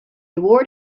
award